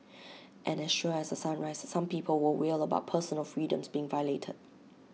and as sure as A sunrise some people will wail about personal freedoms being violated